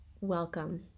Welcome